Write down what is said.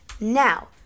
Now